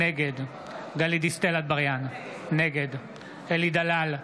נגד גלית דיסטל אטבריאן, נגד אלי דלל,